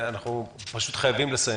אנחנו פשוט חייבים לסיים.